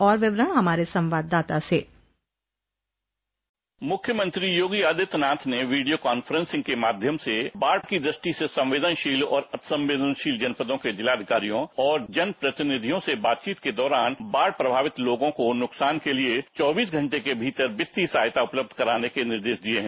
और विवरण हमारे संवाददाता से मुख्यमंत्री योगी आदित्यनाथ ने वीडियो कॉन्फ्रोंसिग के माध्यम से बाढ़ की द्रष्टि से संवेदनशील और अंसवेदनशील जनपदों के जिलाधिकारियों और जनप्रतिनिधियों से बातचीत के दौरान बाढ़ प्रभावित लोगों को नुकसान के लिए चौबीस घंटे के भीतर वित्तीय सहायता उपलब्ध कराने के निर्देश दिए हैं